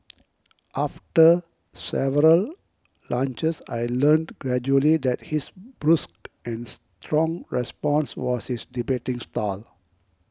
after several lunches I learnt gradually that his brusque and strong response was his debating style